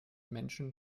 menschen